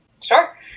Sure